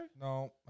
No